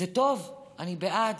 זה טוב, אני בעד.